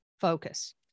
focus